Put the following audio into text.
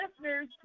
listeners